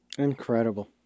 Incredible